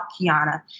Kiana